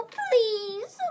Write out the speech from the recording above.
please